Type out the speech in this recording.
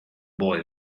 boy